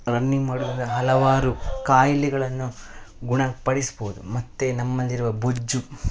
running ಮಾಡೋದ್ರಿಂದ ಹಲವಾರು ಕಾಯಿಲೆಗಳನ್ನು ಗುಣಪಡಿಸ್ಬೋದು ಮತ್ತೆ ನಮ್ಮಲ್ಲಿರುವ ಬೊಜ್ಜು